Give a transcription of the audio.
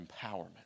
empowerment